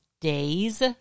days